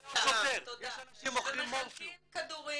--- ומחלקים כדורים